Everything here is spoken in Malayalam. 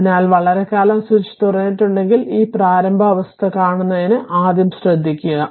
അതിനാൽ വളരെക്കാലം സ്വിച്ച് തുറന്നിട്ടുണ്ടെങ്കിൽ ആ പ്രാരംഭ അവസ്ഥ കാണുന്നതിന് ആദ്യം ശ്രദ്ധിക്കുക